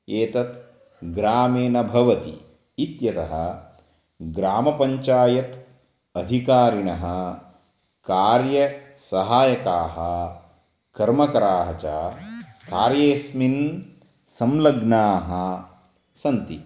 एतत् ग्रामे न भवति इत्यतः ग्रामपञ्चायत् अधिकारिणः कार्यसहायकाः कर्मकराः च कार्येस्मिन् संलग्नाः सन्ति